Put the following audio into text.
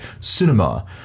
cinema